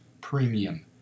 premium